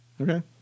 Okay